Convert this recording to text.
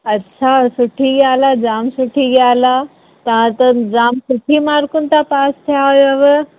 अच्छा सुठी ॻाल्हि आहे जाम सुठी ॻाल्हि आहे तव्हां त जाम सुठी मार्कुनि सां पास थिया होयव